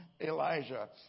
Elijah